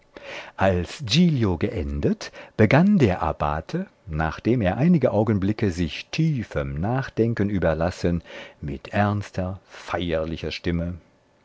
als giglio geendet begann der abbate nachdem er einige augenblicke sich tiefem nachdenken überlassen mit ernster feierlicher stimme